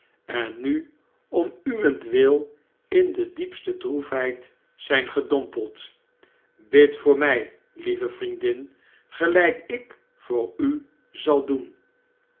en nu om uwenttiril in de djepste droefheid zijn gedompeld bid voor mij lieve vriendin gelijk ik voor u zal doen